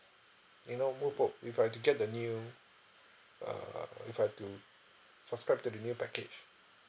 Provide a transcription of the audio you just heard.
you know move o~ if I have to get the new err if I have to subscribe to the new package